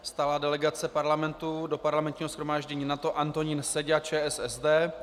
Stálá delegace Parlamentu do Parlamentního shromáždění NATO Antonín Seďa, ČSSD.